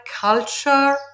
culture